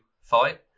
fight